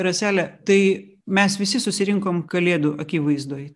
rasele tai mes visi susirinkom kalėdų akivaizdoj